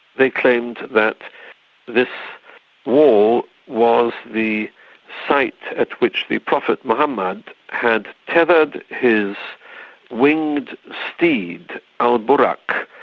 they claimed that this wall was the site at which the prophet mohammed had tethered his winged steed, al baraq.